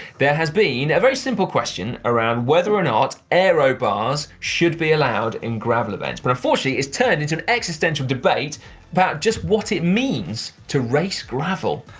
there has been a very simple question around whether or not aero bars should be allowed in gravel events. but unfortunately, it's turned into an existential debate about just what it means to race gravel.